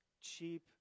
cheap